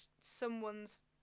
someone's